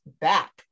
back